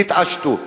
תתעשתו.